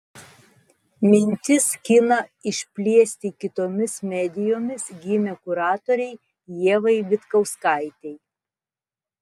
mintis kiną išplėsti kitomis medijomis gimė kuratorei ievai vitkauskaitei